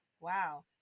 wow